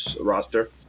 roster